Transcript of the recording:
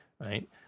right